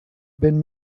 been